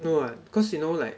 no [what] cause you know like